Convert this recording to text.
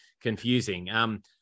confusing